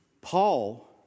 Paul